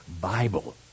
Bible